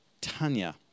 Tanya